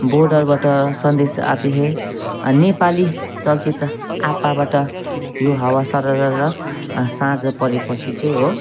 बोर्डरबाट सन्देश आते है नेपाली चलचित्र आपाबाट यो हवा सरररर साँझ परे पछि चाहिँ हो